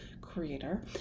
creator